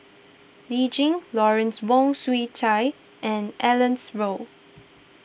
Lee Tjin Lawrence Wong Shyun Tsai and Alice Ong